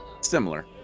Similar